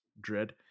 dread